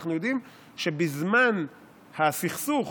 אנחנו יודעים שבזמן הסכסוך